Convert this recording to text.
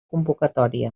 convocatòria